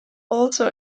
also